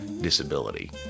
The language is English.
disability